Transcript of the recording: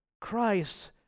Christ